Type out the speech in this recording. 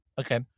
Okay